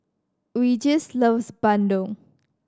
Regis loves Bandung